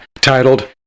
titled